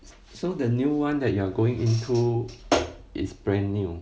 so the new one that you are going into it's brand new